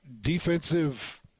defensive